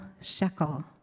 shekel